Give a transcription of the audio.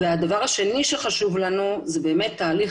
והדבר השני שחשוב לנו זה באמת תהליך